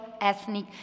ethnic